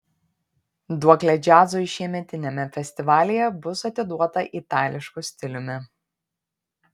duoklė džiazui šiemetiniame festivalyje bus atiduota itališku stiliumi